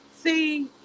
See